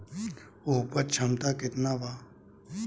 उपज क्षमता केतना वा?